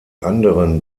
anderen